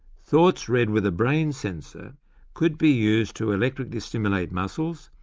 thoughts read with a brain sensor could be used to electrically stimulate muscles,